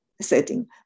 setting